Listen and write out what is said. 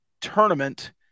tournament